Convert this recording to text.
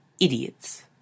idiot's